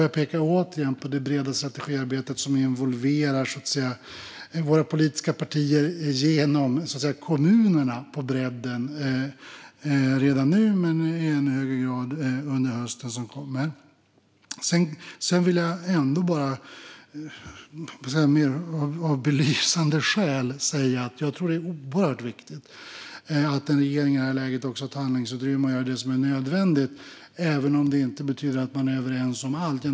Jag pekar återigen på det breda strategiarbetet, som involverar våra politiska partier i kommunerna, på bredden - redan nu men i ännu högre grad under hösten som kommer. Sedan vill jag ändå, av belysande skäl, säga att jag tror att det är oerhört viktigt att en regering i detta läge har ett handlingsutrymme att göra det som är nödvändigt, även om det inte betyder att man är överens om allt.